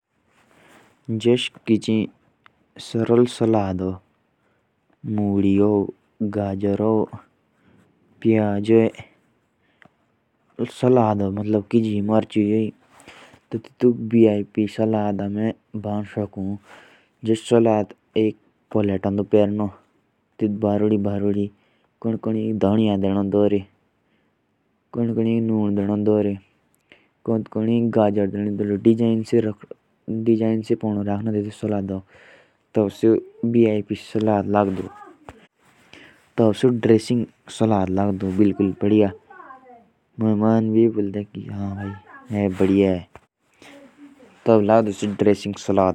जैसे सलाद होता है और हमें उसे बिप में बदलना हो। तो उसके चारों तरफ में कुछ बिप चीजें रखनी पड़ेगी।